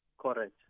Correct